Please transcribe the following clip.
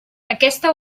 aquesta